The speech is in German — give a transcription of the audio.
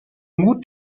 mut